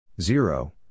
zero